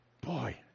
boy